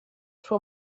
sua